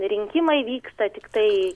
rinkimai vyksta tiktai